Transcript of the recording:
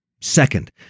Second